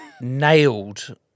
nailed